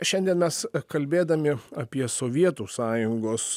šiandien mes kalbėdami apie sovietų sąjungos